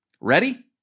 Ready